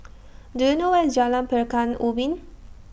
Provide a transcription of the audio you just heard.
Do YOU know Where IS Jalan Pekan Ubin